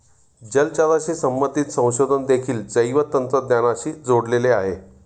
जलचराशी संबंधित संशोधन देखील जैवतंत्रज्ञानाशी जोडलेले आहे